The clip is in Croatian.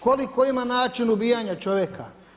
Koliko ima načina ubijanja čovjeka?